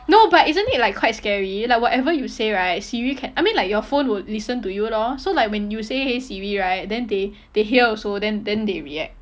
no but isn't it like quite scary like whatever you say right siri can I mean like your phone would listen to you lor so like when you say !hey! siri right then they they hear also then then they react